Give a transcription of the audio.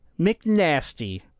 McNasty